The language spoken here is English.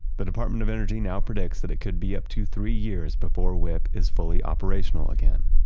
the department of energy now predicts that it could be up to three years before wipp is fully operational again.